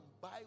buy